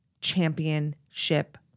championship